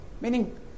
meaning